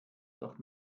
doch